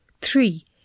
Three